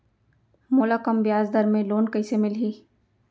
मोला कम ब्याजदर में लोन कइसे मिलही?